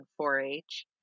4-H